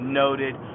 noted